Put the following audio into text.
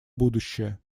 будущее